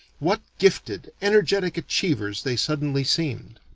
what gifted, energetic achievers they suddenly seemed!